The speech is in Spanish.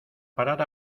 parar